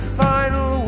final